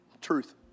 Truth